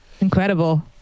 Incredible